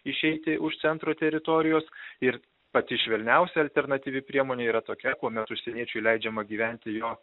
išeiti už centro teritorijos ir pati švelniausia alternatyvi priemonė yra tokia kuomet užsieniečiui leidžiama gyventi jo